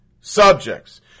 subjects